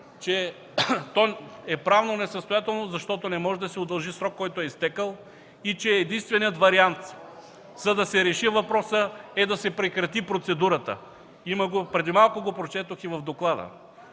че то е правнонесъстоятелно, защото не може да се удължи срок, който е изтекъл, и че единственият вариант да се реши въпросът е да се прекрати процедурата. Преди малко го прочетох и в доклада.